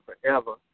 forever